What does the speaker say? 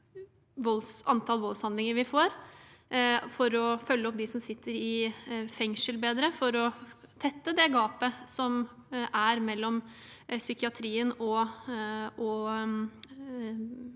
antall voldshandlinger, for å følge opp dem som sitter i fengsel, bedre, og for å tette det gapet som er mellom psykiatrien og